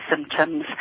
symptoms